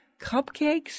cupcakes